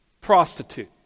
prostitute